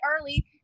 early